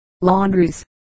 laundries